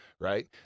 right